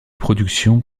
productions